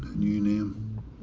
new name.